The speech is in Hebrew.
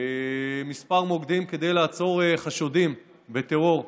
לכמה מוקדים כדי לעצור חשודים בטרור.